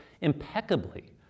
impeccably